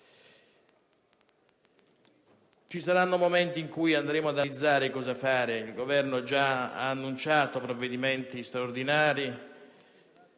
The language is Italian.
Ci saranno momenti in cui analizzeremo cosa fare. Il Governo ha già annunciato provvedimenti straordinari,